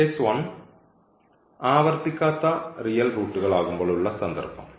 case 1 ആവർത്തിക്കാത്ത real റൂട്ടുകൾ ആകുമ്പോൾ ഉള്ള സന്ദർഭം